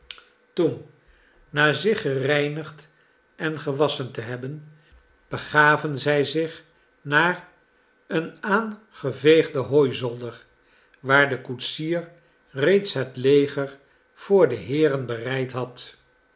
toen na zich gereinigd en gewasschen te hebben begaven zij zich naar een aangeveegden hooizolder waar de koetsier reeds het leger voor de heeren bereid had